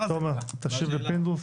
תשיב לפינדרוס.